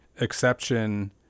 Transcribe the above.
exception